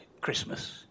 Christmas